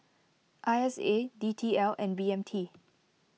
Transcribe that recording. I S A D T L and B M T